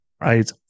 Right